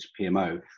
pmo